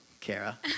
Kara